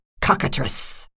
cockatrice